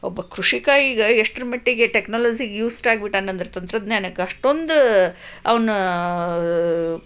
ಒಬ್ಬ ಕೃಷಿಕ ಈಗ ಎಷ್ಟರ ಮಟ್ಟಿಗೆ ಟೆಕ್ನಾಲಜಿಗೆ ಯೂಸ್ಡ್ ಆಗ್ಬಿಟ್ಟಾನಂದ್ರೆ ತಂತ್ರಜ್ಞಾನಕ್ಕೆ ಅಷ್ಟೊಂದು ಅವನು